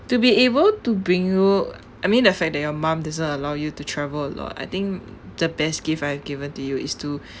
to be able to bring you I mean the fact that your mum doesn't allow you to travel a lot I think the best gift I have given to you is to